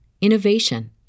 innovation